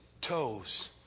toes